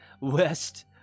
West